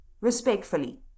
Respectfully